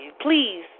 please